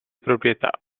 proprietà